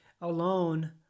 alone